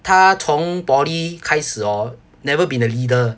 她从 poly 开始哦 never been a leader